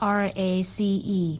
race